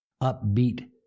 upbeat